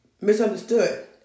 misunderstood